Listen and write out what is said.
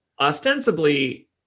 Ostensibly